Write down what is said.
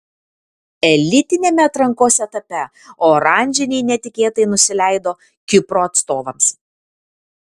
elitiniame atrankos etape oranžiniai netikėtai nusileido kipro atstovams